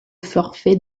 forfait